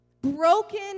broken